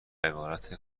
عبارت